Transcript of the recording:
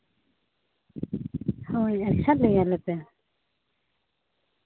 ᱦᱳᱭ ᱟᱪᱪᱷᱟ ᱯᱟᱹᱭ ᱟᱞᱮᱯᱮ